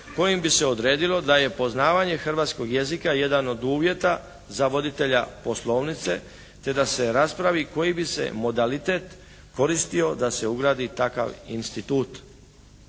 kojim bi se odredilo da je poznavanje hrvatskog jezika jedan od uvjeta za voditelja poslovnice te da se raspravi koji bi se modalitet koristio da se ugradi takav institut.